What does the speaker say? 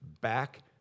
back